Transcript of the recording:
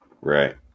right